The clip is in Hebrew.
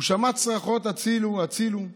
הוא שמע צרחות: הצילו, הצילו,